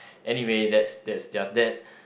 anyway that's that's just that